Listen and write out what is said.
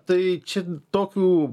tai čia tokių